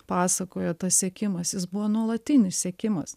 pasakojo tas sekimasis jis buvo nuolatinis sekimas